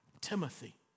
Timothy